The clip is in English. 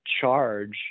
charge